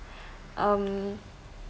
um